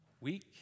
week